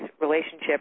relationship